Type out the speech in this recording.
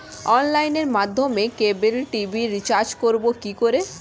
অনলাইনের মাধ্যমে cable TV recharge করব কি করে?